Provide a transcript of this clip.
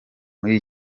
muri